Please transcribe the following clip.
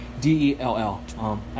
D-E-L-L